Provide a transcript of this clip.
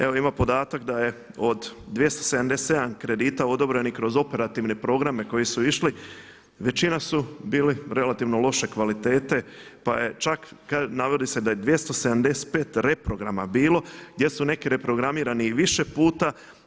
Evo ima podatak da je od 277 kredita odobrenih kroz operativne programe koji su išli, većina su bili relativno loše kvalitete pa je čak, navodi se da je 275 reprograma bilo gdje su neki reprogramirani i više puta.